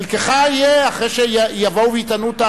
חלקך יהיה אחרי שיבואו ויטענו.